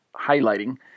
highlighting